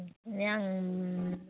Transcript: मानि आं